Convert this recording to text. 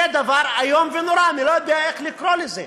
זה דבר איום ונורא, אני לא יודע איך לקרוא לזה.